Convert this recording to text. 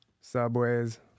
subways